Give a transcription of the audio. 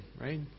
right